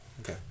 Okay